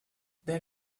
there